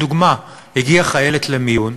אני אתן דוגמה: הגיעה חיילת למיון,